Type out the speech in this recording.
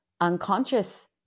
Unconscious